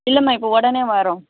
இல்லைம்மா இப்போ உடனே வரோம்